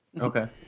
Okay